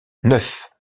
neuf